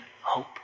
hope